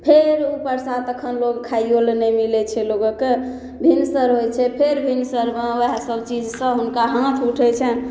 फेर उ प्रसाद तखन लोग खाइयो लए नहि मिलय छै लोगोके भिनसर होइ छै फेर भिनसरमे वएह सभ चीजसँ हुनका हाथ उठय छनि